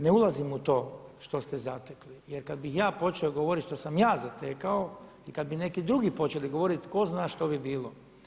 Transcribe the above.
Ne ulazim u to što ste zatekli jer kada bih ja počeo govoriti što sam ja zatekao i kada bi neki drugi počeli govoriti tko zna šta bi bilo.